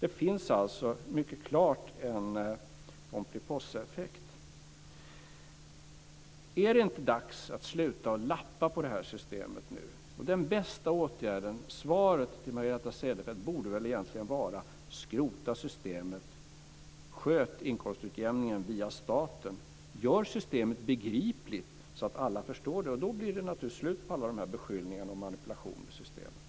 Det finns alltså mycket klart en Pomperipossaeffekt. Är det inte dags att sluta lappa på det här systemet? Svaret till Margareta Cederfelt borde väl egentligen handla om att skrota systemet, att sköta inkomstutjämningen via staten och att göra systemet begripligt så att alla förstår det. Då blir det slut på alla beskyllningar om manipulation med systemet. Tack!